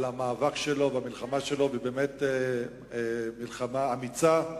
על המאבק שלו והמלחמה שלו, באמת מלחמה אמיצה,